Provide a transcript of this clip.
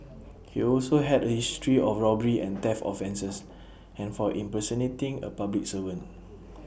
he also had A history of robbery and theft offences and for impersonating A public servant